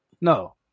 no